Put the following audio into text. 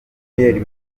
pierre